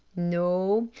no,